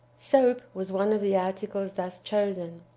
soap was one of the articles thus chosen.